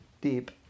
deep